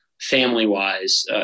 family-wise